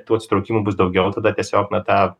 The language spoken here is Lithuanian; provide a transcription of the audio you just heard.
tų atsitraukimų bus daugiau tada tiesiog na tą